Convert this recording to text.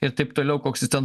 ir taip toliau koks jis ten